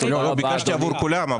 ביקשתי עבור כולם.